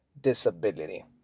disability